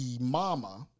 mama